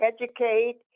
educate